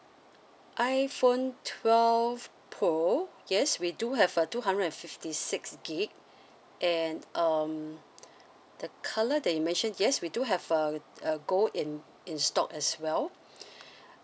iPhone twelve pro yes we do have a two hundred and fifty six gig and um the colour that you mentioned yes we do have uh uh gold in in stock as well